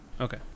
Okay